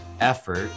effort